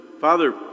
Father